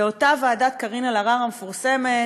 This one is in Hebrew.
באותה ועדת קארין אלהרר המפורסמת,